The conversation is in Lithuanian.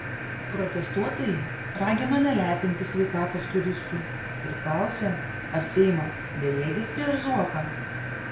protestuotojai ragino nelepinti sveikatos turistų ir klausė ar seimas bejėgis prieš zuoką